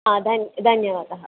धन्यः धन्यवादः